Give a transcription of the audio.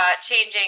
changing